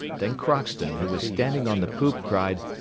then crockston, who was standing on the poop, cried,